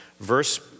Verse